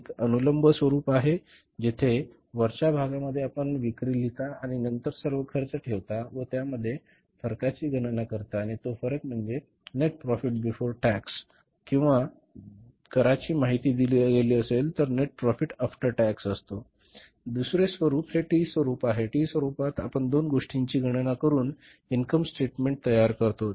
एक अनुलंब स्वरूप आहे जेथे वरच्या भागामध्ये आपण विक्री लिहिता आणि नंतर सर्व खर्च ठेवता व त्यामधील फरकाची गणना करता आणि तो फरक म्हणजे नेट प्रोफेट बिफोर टॅक्स कर किंवा जर करा ची माहिती दिली गेली असेल तर तो नेट प्रॉफिट आफ्टर टॅक्स असतो दुसरे स्वरूप हे टी स्वरूप आहे टी स्वरूपनात आपण दोन गोष्टींची गणना करून इन्कम स्टेटमेंट तयार करतो